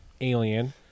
Alien